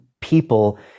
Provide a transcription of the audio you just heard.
people